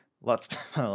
Lots